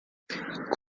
qual